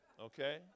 Okay